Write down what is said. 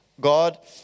God